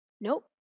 Nope